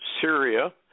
Syria